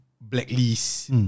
blacklist